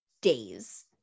days